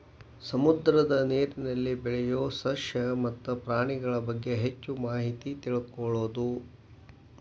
ಸಮುದ್ರದ ನೇರಿನಲ್ಲಿ ಬೆಳಿಯು ಸಸ್ಯ ಮತ್ತ ಪ್ರಾಣಿಗಳಬಗ್ಗೆ ಹೆಚ್ಚ ಮಾಹಿತಿ ತಿಳಕೊಳುದು